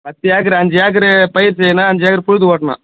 பத்து ஏக்கரு அஞ்சு ஏக்கரு பயிர் செய்யணும் அஞ்சு ஏக்கரு புழுதி ஓட்டணும்